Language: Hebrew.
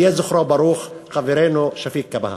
יהי זכרו ברוך, חברנו, שפיק כבהא.